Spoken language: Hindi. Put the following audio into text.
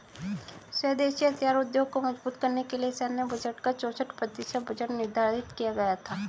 स्वदेशी हथियार उद्योग को मजबूत करने के लिए सैन्य बजट का चौसठ प्रतिशत बजट निर्धारित किया गया था